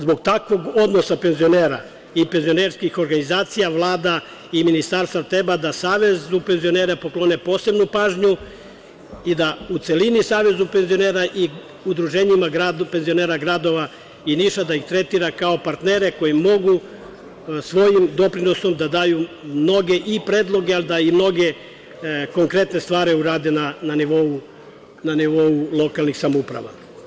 Zbog takvog odnosa penzionera i penzionerskih organizacija, Vlada i Ministarstvo treba da Savezu penzionera poklone posebnu pažnju i da u celini Savezu penzionera i udruženjima gradova penzionera i Niša da ih tretira kao partnere koji mogu svojim doprinosom da daju mnogo i predloga, a da i mnoge konkretne stvari urade na nivou lokalnih samouprava.